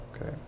okay